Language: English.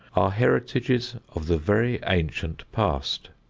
are heritages of the very ancient past.